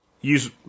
use